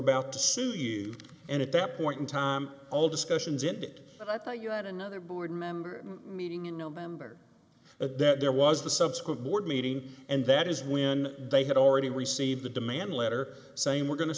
about to sue you and at that point in time all discussions it and i thought you had another board member meeting in november there was the subsequent board meeting and that is when they had already received a demand letter saying we're going to